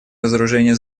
разоружение